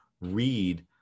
read